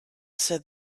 said